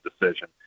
decision